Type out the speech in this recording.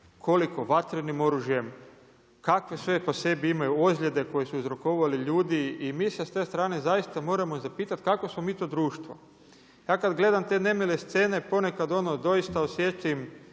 koliko vatrenim oružjem, kakve sve po sebi imaju ozlijede koje su uzrokovali ljudi i mi se sa te strane zaista moramo zapitati kakvo smo mi to društvo? Ja kada gledam te nemila scene, ponekad, ono doista osjetim